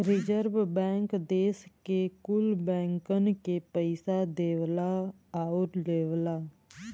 रीजर्वे bank देस के कुल बैंकन के पइसा देवला आउर लेवला